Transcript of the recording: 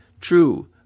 True